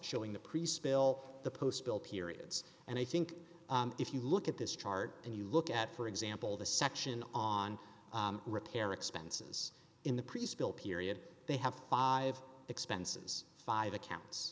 showing the priest spill the postville periods and i think if you look at this chart and you look at for example the section on repair expenses in the priest bill period they have five expenses five accounts